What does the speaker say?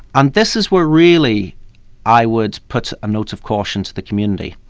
and this is where really i would put a note of caution to the community.